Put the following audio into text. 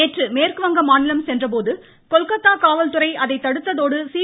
நேற்று மேற்குவங்க மாநிலம் சென்ற போது கொல்கத்தா காவல்துறை அதை தடுத்ததோடு சி